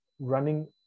running